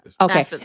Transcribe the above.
Okay